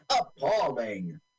Appalling